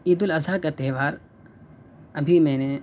عید الاضحی کا تہوار ابھی میں نے